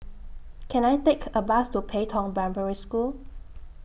Can I Take A Bus to Pei Tong Primary School